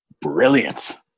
brilliant